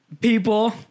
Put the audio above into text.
people